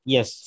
Yes